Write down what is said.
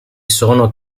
sono